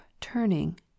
turning